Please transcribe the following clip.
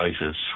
ISIS